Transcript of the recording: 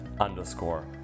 underscore